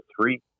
three